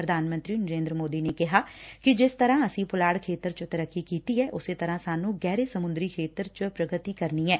ਪੁਧਾਨ ਮੰਤਰੀ ਨਰੇਂਦਰ ਸੋਦੀ ਨੇ ਕਿਹਾ ਕਿ ਜਿਸ ਤਰਾਂ ਅਸੀਂ ਪੁਲਾੜ ਖੇਤਰ ਚ ਤਰੱਕੀ ਕੀਤੀ ਐ ਉਸੇ ਤਰਾਂ ਸਾਨੂੰ ਗਹਿਰੇ ਸਮੁੰਦਰੀ ਖੇਤਰ ਚ ਪੁਗਤੀ ਕਰਨੀ ਐ